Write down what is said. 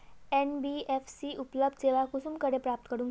NBFC उपलब्ध सेवा कुंसम करे प्राप्त करूम?